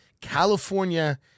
California